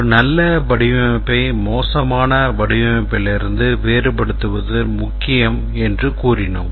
ஒரு நல்ல வடிவமைப்பை மோசமான வடிவமைப்பிலிருந்து வேறுபடுத்துவது முக்கியம் என்று கூறினோம்